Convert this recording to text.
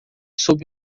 sob